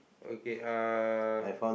okay uh